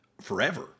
forever